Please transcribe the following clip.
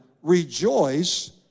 rejoice